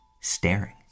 staring